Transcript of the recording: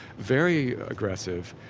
very aggressive,